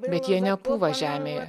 bet jie nepūva žemėje